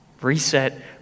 reset